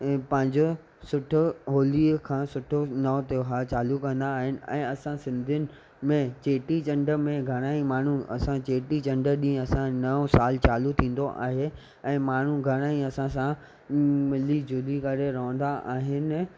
पंहिंजो सुठो होलीअ खां सुठो नओ त्योहार चालू कंदा आहिनि ऐं असां सिंधीयुनि जो में चेटीचंड में घणा ई माण्हू असां चेटीचंड ॾींहुं असां नओ चालू थींदो आहे ऐं माण्हू घणा ई असां सां मिली झुली करे रहंदा आहिनि